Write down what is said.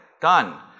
Done